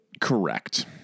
Correct